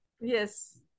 Yes